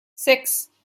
six